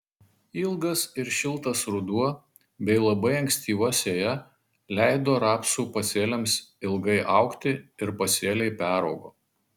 ilgas ir šiltas ruduo bei labai ankstyva sėja leido rapsų pasėliams ilgai augti ir pasėliai peraugo